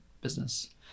business